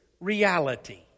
reality